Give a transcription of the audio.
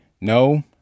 No